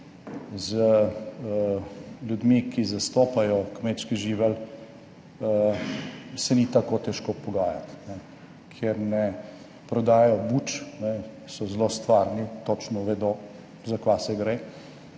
Z ljudmi, ki zastopajo kmečki živelj, se ni tako težko pogajati, ker ne prodajajo buč, so zelo stvarni, točno vedo za kaj se gre,